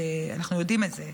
אנחנו יודעים את זה,